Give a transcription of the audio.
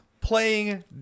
playing